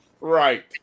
Right